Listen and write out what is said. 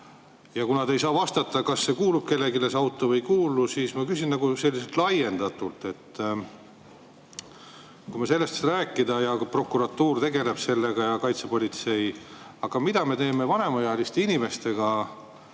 Kuna te ei saa vastata, kas see auto kuulub kellelegi või ei kuulu, siis ma küsin nagu selliselt laiendatult. Me sellest ei saa rääkida ja prokuratuur tegeleb sellega ja kaitsepolitsei. Aga mida me teeme vanemaealiste inimestega